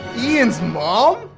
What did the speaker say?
ian's mom?